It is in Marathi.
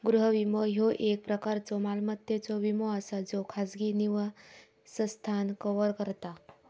गृह विमो, ह्यो एक प्रकारचो मालमत्तेचो विमो असा ज्यो खाजगी निवासस्थान कव्हर करता